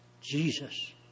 Jesus